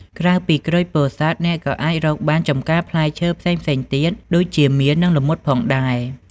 ក្រៅពីក្រូចពោធិ៍សាត់ អ្នកក៏អាចរកបានចម្ការផ្លែឈើផ្សេងៗទៀតដូចជាមៀននិងល្មុតផងដែរ។